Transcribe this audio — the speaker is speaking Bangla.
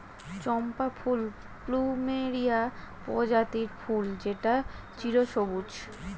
চম্পা ফুল প্লুমেরিয়া প্রজাতির ফুল যেটা চিরসবুজ